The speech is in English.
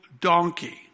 donkey